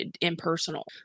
impersonal